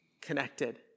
connected